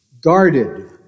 guarded